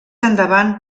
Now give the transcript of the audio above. endavant